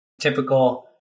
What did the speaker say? typical